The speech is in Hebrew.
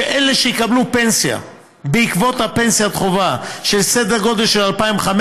שאלה שיקבלו פנסיה בעקבות פנסיית חובה בסדר גודל של 2,500